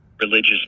religious